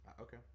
Okay